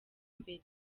mbere